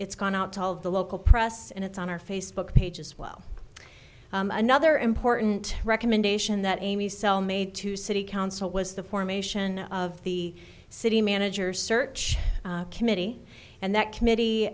it's gone out to all of the local press and it's on our facebook page as well another important recommendation that amy sell made to city council was the formation of the city manager search committee and that committee